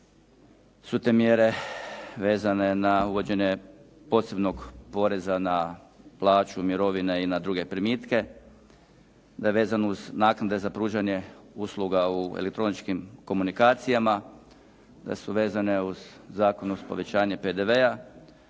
su te mjere vezane na uvođenje posebnog poreza na plaću, mirovine i na druge primitke, da je vezan uz naknade za pružanje usluga u elektroničkim komunikacijama, da su vezane uz Zakon uz povećanje PDV-a,